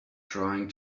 trying